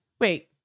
Wait